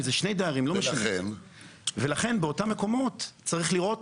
ולכן באותם מקומות צריכים לוודא